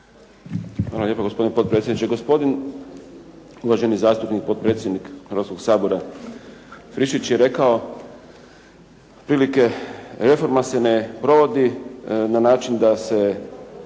Hvala lijepo, gospodine potpredsjedniče. Gospodin uvaženi zastupnik, potpredsjednik Hrvatskoga sabora Friščić je rekao otprilike, reforma se ne provodi na način da se